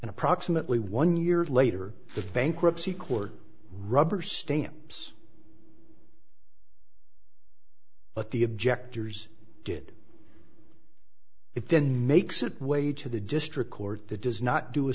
and approximately one year later the bankruptcy court rubber stamps but the objectors did it then makes it way to the district court that do